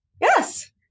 Yes